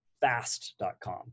fast.com